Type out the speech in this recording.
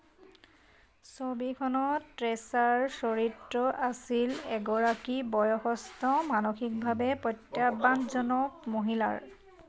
ছবিখনত ট্ৰেছাৰ চৰিত্ৰ আছিল এগৰাকী বয়সস্থ মানসিকভাৱে প্ৰত্যাহ্বানজনক মহিলাৰ